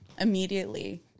immediately